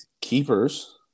keepers